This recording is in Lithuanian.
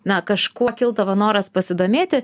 na kažkuo kildavo noras pasidomėti